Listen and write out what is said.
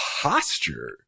posture